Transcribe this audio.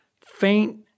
faint